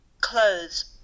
clothes